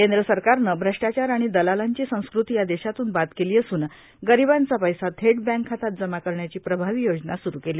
केंद्र सरकारनं भ्रष्टाचार आणि दलालांची संस्कृती या देशातून बाद केली असून गरिबांचा पैसा थेट बैंक खात्यात जमा करण्याची प्रभावी योजना सुरू केली